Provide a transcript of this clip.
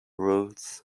rules